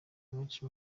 abenshi